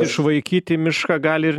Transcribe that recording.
išvaikyti mišką gali ir